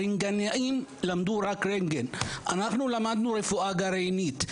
הרנטגנאים למדו רק רנטגן - אנחנו למדנו רפואה גרעינית.